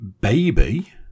baby